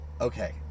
okay